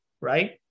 right